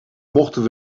mochten